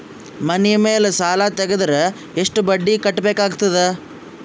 ಮನಿ ಮೇಲ್ ಸಾಲ ತೆಗೆದರ ಎಷ್ಟ ಬಡ್ಡಿ ಕಟ್ಟಬೇಕಾಗತದ?